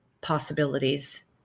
possibilities